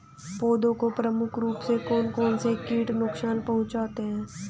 पौधों को प्रमुख रूप से कौन कौन से कीट नुकसान पहुंचाते हैं?